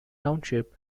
township